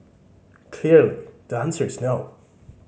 clearly the answer is no